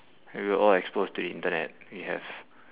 we were all exposed to internet we have